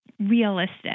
realistic